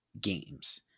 games